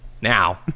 now